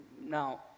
Now